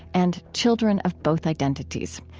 and children of both identities.